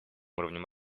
уровнем